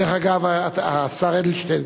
דרך אגב, השר אדלשטיין